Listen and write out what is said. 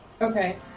Okay